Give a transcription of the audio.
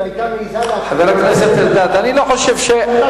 היא היתה מעזה להצביע נגד הצעת חוק שאתה תומך בה.